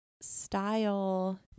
style